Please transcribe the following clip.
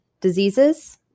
diseases